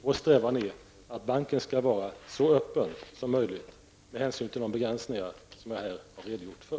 Vår strävan är att banken skall vara så öppen som möjligt med hänsyn till de begränsningar som jag här har redogjort för.